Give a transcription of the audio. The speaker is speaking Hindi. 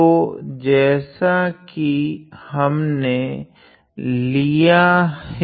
तो जेसा की हमने लिया हैं